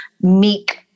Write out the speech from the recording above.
meek